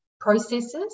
processes